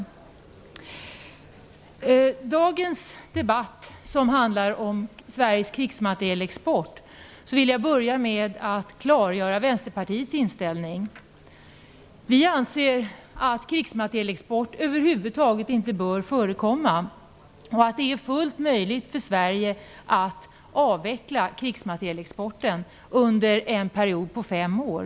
I dagens debatt om krigsmaterielexport vill jag börja med att klargöra Vänsterpartiets inställning. Vi anser att krigsmaterielexport över huvud taget inte bör förekomma och att det är fullt möjligt för Sverige att avveckla krigsmaterielexporten inom loppet av fem år.